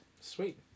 sweet